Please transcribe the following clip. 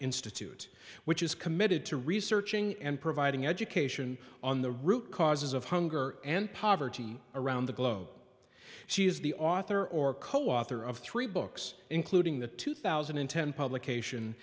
institute which is committed to researching and providing education on the root causes of hunger and poverty around the globe she is the author or co author of three books including the two thousand and ten publication